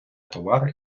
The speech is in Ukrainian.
товари